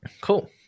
Cool